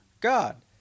God